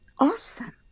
awesome